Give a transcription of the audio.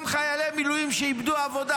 גם חיילי מילואים שאיבדו עבודה,